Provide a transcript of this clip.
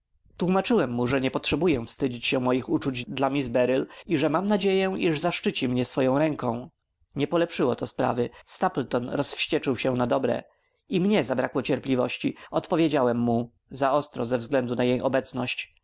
mu że nie potrzebuję wstydzić się moich uczuć dla miss beryl i że mam nadzieję iż zaszczyci mnie swoją ręką nie polepszyło to sprawy stapleton rozwścieczył się na dobre i mnie zbrakło cierpliwości odpowiedziałem mu za ostro ze względu na jej obecność